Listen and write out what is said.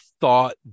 thought